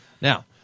Now